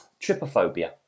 trypophobia